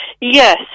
Yes